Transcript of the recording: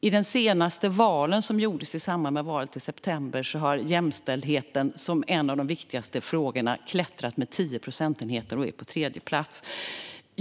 I den senaste vallokalsundersökningen som gjordes i samband med valet i september har jämställdheten som en av de viktigaste frågorna klättrat med 10 procentenheter och är på tredje plats.